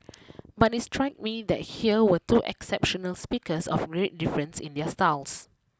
but it struck me that here were two exceptional speakers of great difference in their styles